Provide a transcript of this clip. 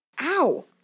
Ow